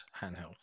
handheld